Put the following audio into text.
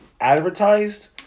advertised